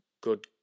good